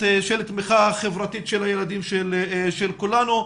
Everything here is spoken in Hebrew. של תמיכה חברתית בילדים של כולנו.